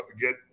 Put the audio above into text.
get